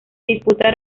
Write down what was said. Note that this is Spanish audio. disputa